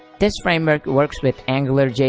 this framework works with angularjs,